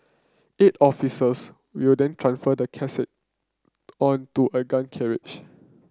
eight officers will then transfer the casket onto a gun carriage